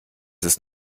ist